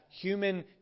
human